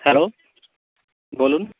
hello বলুন